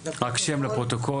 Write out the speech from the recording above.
לשמוע.